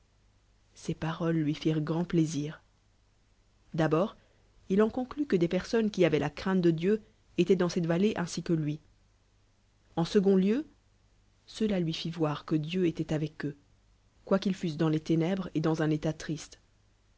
ces paroles lui firent grand plaisir d'abord il en conclut que des pen onnes qui avoient la crainte de dieu étaient dans cette vallée ainsi que lui en second lieu cela lui fit voir que dieu étoit avec eu quoiqu'ils fussent dans les ténè bres et dans un état triste